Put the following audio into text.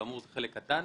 זה חלק קטן